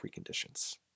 preconditions